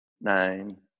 nine